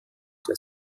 der